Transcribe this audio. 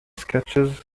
sketches